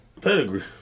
Pedigree